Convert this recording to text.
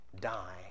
die